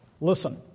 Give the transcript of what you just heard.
Listen